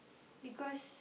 because